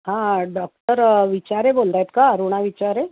हां डॉक्टर विचारे बोलत आहेत का अरुणा विचारे